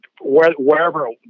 wherever